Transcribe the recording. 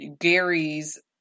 Gary's